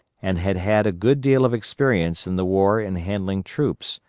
and had had a good deal of experience in the war in handling troops,